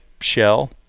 shell